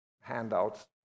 handouts